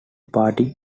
party